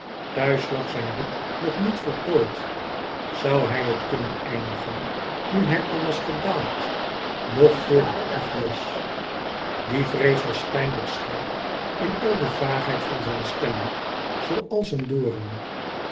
lag zijn boek nog niet voltooid zoû hij het kunnen eindigen nu hij al was gedaald nog vr het af was die vrees was pijnlijk scherp in al de vaagheid van zijn stemming zooals een doren